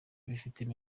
bifitemo